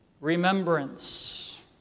remembrance